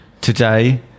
today